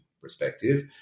perspective